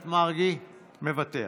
מוותר.